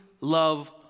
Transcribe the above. love